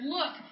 Look